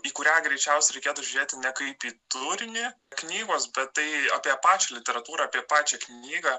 į kurią greičiausiai reikėtų žiūrėti ne kaip į turinį knygos bet tai apie pačią literatūrą apie pačią knygą